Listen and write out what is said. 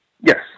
Yes